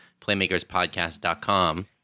playmakerspodcast.com